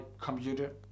computer